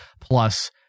plus